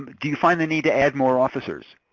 do you find the need to add more officers?